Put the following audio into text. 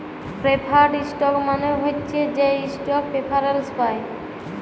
preferred stock মালে হছে সে ইস্টক প্রেফারেল্স পায়